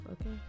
okay